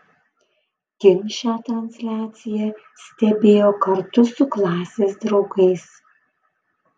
kim šią transliaciją stebėjo kartu su klasės draugais